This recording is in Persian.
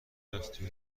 رفتی